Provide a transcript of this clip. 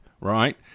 right